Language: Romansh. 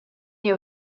jeu